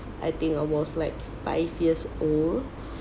I think I was like five years old